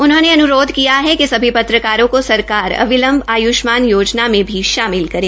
उन्होंने अन्रोध किया है कि सभी पत्रकारों को सरकार अविलंब आयुष्मान योजना में भी शामिल करें